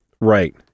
Right